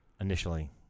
Initially